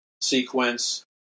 sequence